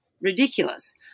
ridiculous